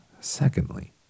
secondly